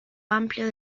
amplio